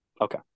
Okay